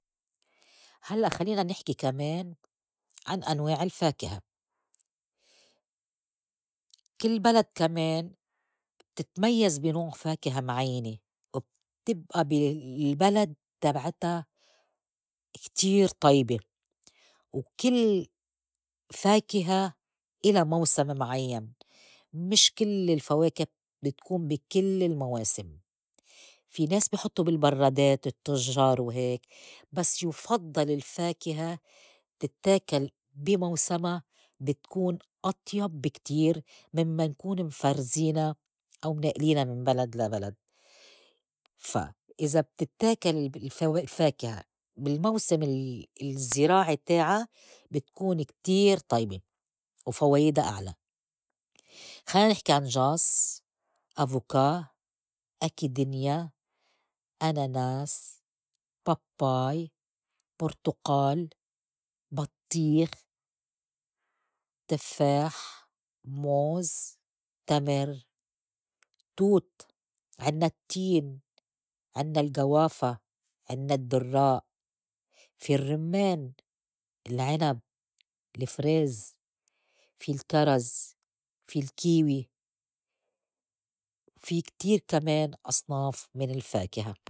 هلّأ خلّينا نحكي كمان عن أنواع الفاكهة. كل بلد كمان بتتميّز بي نوع فاكهة معيْنة، وبتبئى ب- بي بلد تبعتا كتير طيبة وكل فاكهة إلا مَوسم معيّن مش كل الفواكه بتكون بي كل المواسم، في ناس بي حطّوا بالبرّادات التُجّار وهيك بس يفُضّل الفاكهة تتّاكل بي موسَما بتكون أطيب بكتير مِن مَن نكون مفرزينا أو نائلينا من بلد لا بلد فا إذا بتتّاكل الفوا- الفاكهة بالموسم ال- الزراعي تاعا بتكون كتير طيبة و فوايدا أعلى. خلينا نحكي عا نجاص، أفوكا، أكدنيا، أناناس، باباي، بُرتقال، بطّيخ، تفّاح، موز، تمر، توت، عِنّا التّين، عنّا الغوّافة عنّا الدرّاق، في الرمّان، العنب، الفريز، في الكرز، في الكيوي، في كتير كمان أصناف من الفاكهة.